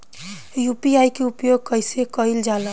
UPI के उपयोग कइसे कइल जाला?